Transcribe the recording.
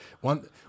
one